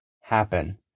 happen